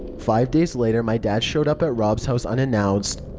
five days later, my dad showed up at rob's house unannounced.